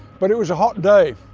but it was a hot day,